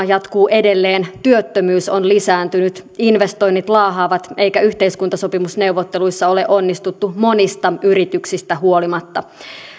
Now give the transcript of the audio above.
jatkuu edelleen työttömyys on lisääntynyt investoinnit laahaavat eikä yhteiskuntasopimusneuvotteluissa ole onnistuttu monista yrityksistä huolimatta